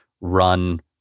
run